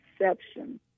exception